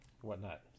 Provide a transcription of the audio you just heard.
whatnot